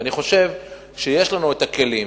ואני חושב שיש לנו את הכלים